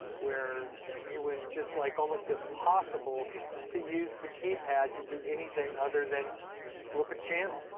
where it was just like almost impossible to use the keypad to do anything other than flip a channel.